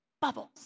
bubbles